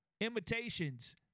imitations